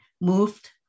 moved